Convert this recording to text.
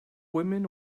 woman